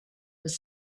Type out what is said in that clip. was